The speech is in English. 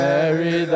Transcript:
Mary